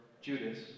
Judas